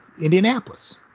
Indianapolis